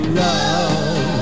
love